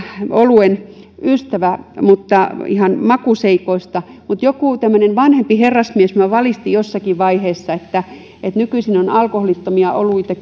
oluen ystävä ihan makuseikoista johtuen mutta joku tämmöinen vanhempi herrasmies minua valisti jossakin vaiheessa että että nykyisin on alkoholittomiakin oluita